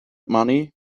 money